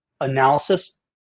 analysis